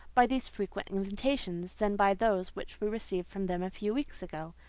by these frequent invitations, than by those which we received from them a few weeks ago.